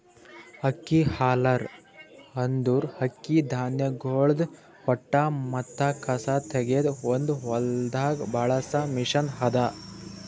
ಅಕ್ಕಿ ಹಲ್ಲರ್ ಅಂದುರ್ ಅಕ್ಕಿ ಧಾನ್ಯಗೊಳ್ದಾಂದ್ ಹೊಟ್ಟ ಮತ್ತ ಕಸಾ ತೆಗೆದ್ ಒಂದು ಹೊಲ್ದಾಗ್ ಬಳಸ ಮಷೀನ್ ಅದಾ